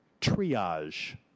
triage